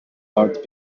heart